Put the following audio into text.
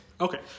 Okay